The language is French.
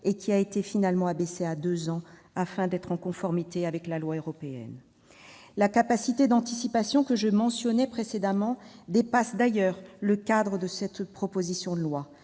et qui a été finalement abaissée à deux ans, afin qu'elle soit en conformité avec la directive européenne. La capacité d'anticipation que je mentionnais précédemment dépasse d'ailleurs le cadre de cette proposition de loi.